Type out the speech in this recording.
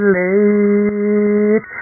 late